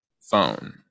phone